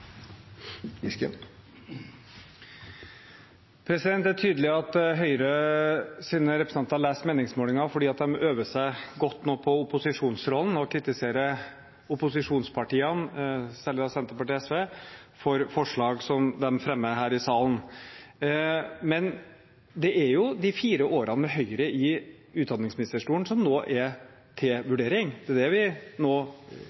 tydelig at Høyres representanter leser meningsmålinger, for de øver seg nå godt på opposisjonsrollen og kritiserer opposisjonspartiene – selv Senterpartiet og SV – for forslag som de fremmer her i salen. Men det er jo de fire årene med Høyre i utdanningsministerstolen som nå er til vurdering, det er det vi nå